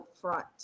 front